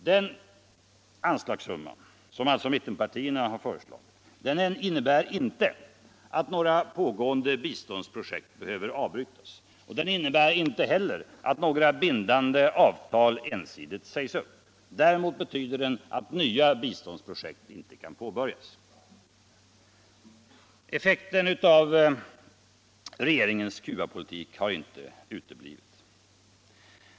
Den anslagssumma som mittenpartierna har föreslagit innebär inte att några pågående biståndsprojekt behöver avbrytas och inte heller att några bindande avtal ensidigt sägs upp. Däremot betyder den att nva biståndsprojekt inte kan påbörjas. Effekten av regeringens Cubapolitik har inte uteblivit.